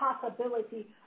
possibility